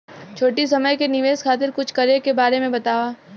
छोटी समय के निवेश खातिर कुछ करे के बारे मे बताव?